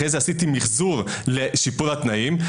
אחרי זה עשיתי מחזור לשיפור התנאים,